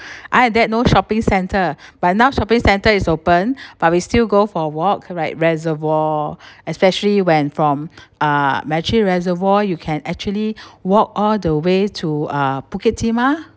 I at there no shopping center but now shopping center is open but we still go for a walk correct reservoir especially when from uh macritchie reservoir you can actually walk all the way to uh bukit timah